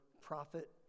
prophet